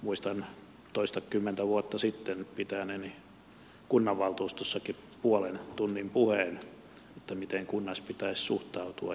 muistan toistakymmentä vuotta sitten pitäneeni kunnanvaltuustossakin puolen tunnin puheen miten kunnassa pitäisi suhtautua